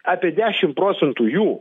apie dešim procentų jų